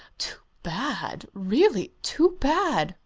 too bad really too bad!